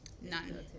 None